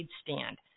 stand